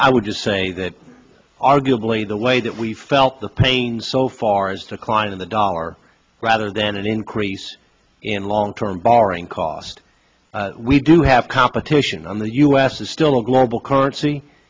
i would just say that arguably the way that we felt the pain so far as decline of the dollar rather than an increase in long term borrowing cost we do have competition on the u s is still a global currency